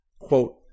quote